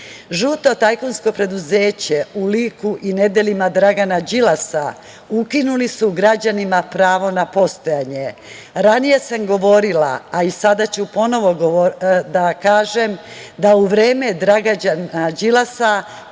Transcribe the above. tajkunsko preuzeće, u liku i nedelima Dragana Đilasa, ukinuli su građanima pravo na postojanje. Ranije sam govorila, a i sada ću ponovo da kažem, da u vreme Dragana Đilasa